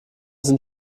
sind